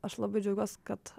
aš labai džiaugiuosi kad